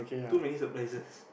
too many surprises